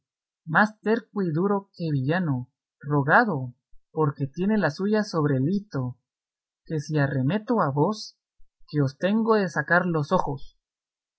terco y duro que villano rogado cuando tiene la suya sobre el hito que si arremeto a vos que os tengo de sacar los ojos